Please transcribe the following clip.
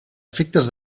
efectes